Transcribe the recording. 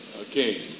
Okay